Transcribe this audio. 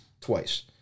twice